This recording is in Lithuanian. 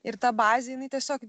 ir ta bazė jinai tiesiog